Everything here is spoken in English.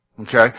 Okay